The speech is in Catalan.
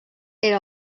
era